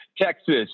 Texas